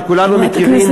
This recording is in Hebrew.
שכולנו מכירים,